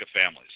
families